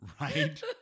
Right